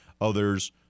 others